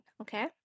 Okay